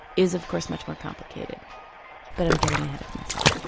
is of course much more complicated but i'm getting ahead of myself.